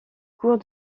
cours